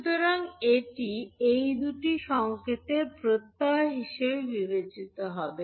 সুতরাং এটি এই দুটি সংকেতের প্রত্যয় হিসাবে বিবেচিত হবে